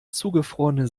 zugefrorene